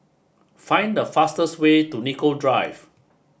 find the fastest way to Nicoll Drive